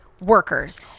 workers